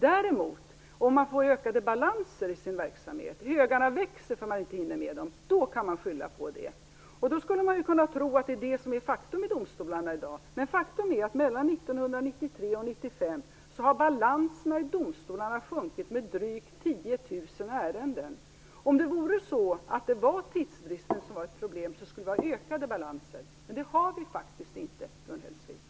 Om man däremot får ökade balanser i sin verksamhet, om högarna växer för att man inte hinner med ärendena, då kan man skylla på tidsbrist. Då skulle man ju kunna tro att det är detta som är faktum i domstolarna i dag. Men sanningen är att mellan 1993 och 1995 har balanserna i domstolarna sjunkit med drygt 10 000 ärenden. Om det vore så att tidsbristen skulle vara ett problem skulle balanserna öka, men det gör de faktiskt inte, Gun Hellsvik.